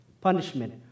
punishment